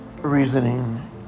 reasoning